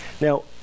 Now